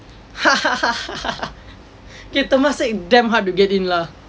dey temasek damn hard to get in lah